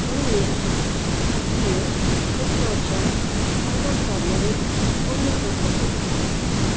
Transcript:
उणवीह पंजवीह हिकु सौ छ्ह अरिड़हां सौ नवे उणवीह सौ सतहतरि